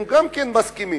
גם הם מסכימים.